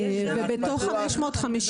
בתוך תוכנית 550,